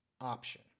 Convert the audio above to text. option